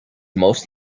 most